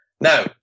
now